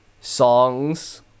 songs